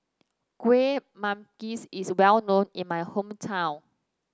Kueh Manggis is well known in my hometown